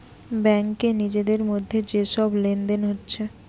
ব্যাংকে নিজেদের মধ্যে যে সব লেনদেন হচ্ছে